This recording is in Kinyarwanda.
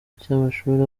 cy’amashuri